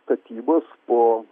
statybos po